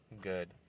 good